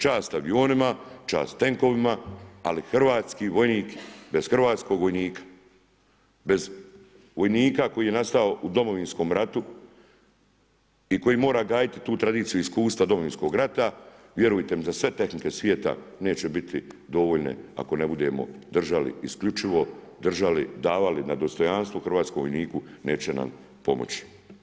Čast avionima, čast tenkovima, ali hrvatski vojnik, bez hrvatskog vojnika, bez vojnika koji je nastao u Domovinskom ratu i koji mora gajiti tu tradiciju, iskustva Domovinskog rata, vjerujte mi, za sve tehnike svijeta neće biti dovoljne, ako ne budemo držali, isključivo držali, davali na dostojanstvu hrvatskom vojniku, neće nam pomoći.